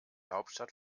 hauptstadt